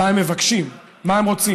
מה הם מבקשים, מה הם רוצים.